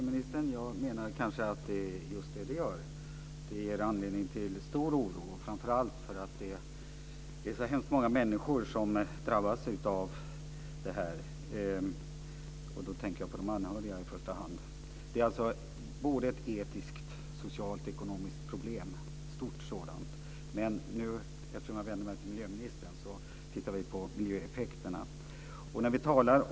Fru talman! Tack, miljöministern. Jag menar att det är just detta som är fallet. Det ger anledning till stor oro, framför allt därför att så många människor drabbas av detta. Jag tänker då i första hand på de anhöriga. Det är ett stort etiskt, socialt och ekonomiskt problem, men eftersom jag nu vänder mig till miljöministern är det miljöeffekterna som det gäller.